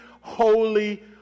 holy